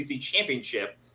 championship